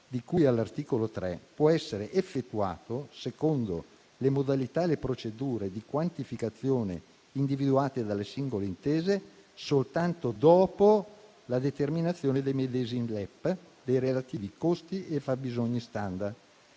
di cui all'articolo 3, può essere effettuato secondo le modalità e le procedure di quantificazione individuate dalle singole intese, soltanto dopo la determinazione dei medesimi LEP e dei relativi costi e fabbisogni *standard*.